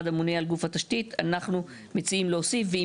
הממונה על גוף התשתית" ואנחנו מציעים להוסיף "ועם